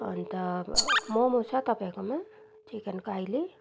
अन्त मोमो छ तपाईँहरूकोमा चिकनको अहिले